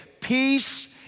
peace